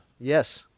Yes